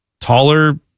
taller